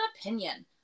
opinion